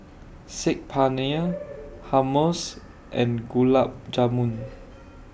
Saag Paneer Hummus and Gulab Jamun